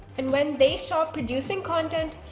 and when they stop producing content,